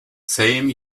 same